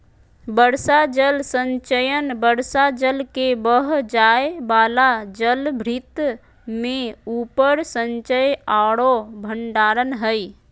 वर्षा जल संचयन वर्षा जल के बह जाय वाला जलभृत में उकर संचय औरो भंडारण हइ